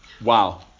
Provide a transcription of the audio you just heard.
Wow